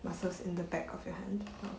muscles in the back of your hand